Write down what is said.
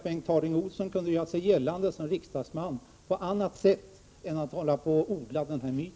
Bengt Harding Olson kunde göra sig gällande som riksdagsman på annat sätt än genom att odla denna myt.